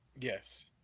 yes